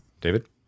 David